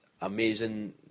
amazing